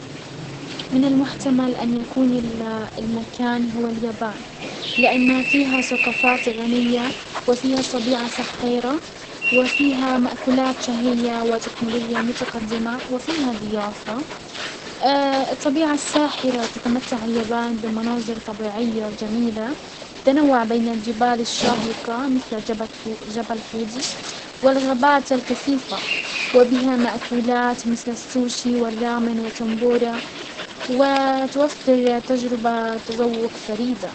من المحتمل ان يكون المكان هو اليابان، لان فيها سقافات غنية وفيها طبيعة سحارة وفيها مأكولات شهية وتكنولوجيا متقدمة وفيها ضيافة. الطبيعة الساحرة تتمتع اليابان بمنازر طبيعية جميلة، تتنوع بين الجبال الشاهقة مسل جبل جبل فودي والغابات الكثيفة، وبها مأكولات مثل السوشي والرامن وتنبورة وتوفر تجربة تزوق فريدة.